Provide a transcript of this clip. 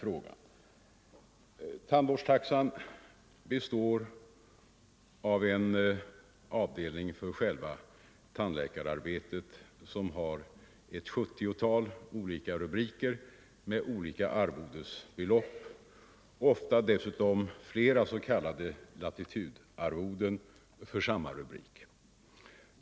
fäfpjöäskn ns nA Ner Tandvårdstaxan består av en avdelning för själva tandläkararbetet som Om upphävande av har ett 70-tal olika rubriker med olika arvodesbelopp och ofta dessutom = etableringsstoppet flera s.k. latitudarvoden under samma rubrik.